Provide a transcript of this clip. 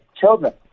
children